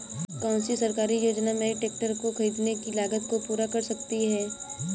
कौन सी सरकारी योजना मेरे ट्रैक्टर को ख़रीदने की लागत को पूरा कर सकती है?